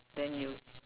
then you